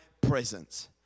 presence